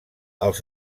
els